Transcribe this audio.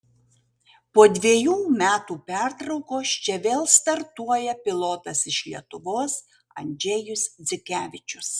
po dvejų metų pertraukos čia vėl startuoja pilotas iš lietuvos andžejus dzikevičius